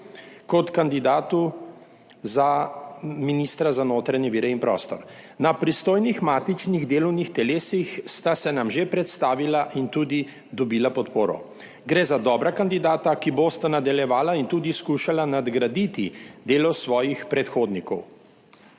kot kandidatu za ministra za notranje vire in prostor. Na pristojnih matičnih delovnih telesih sta se nam že predstavila in tudi dobila podporo, gre za dobra kandidata, ki bosta nadaljevala in tudi skušala nadgraditi delo svojih predhodnikov.